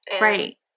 Right